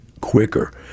quicker